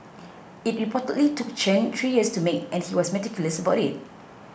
it reportedly took Chen three years to make and he was meticulous about it